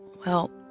well,